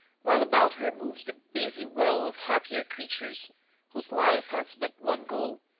while about her moves the busy whirl of happier creatures whose life has but one goal,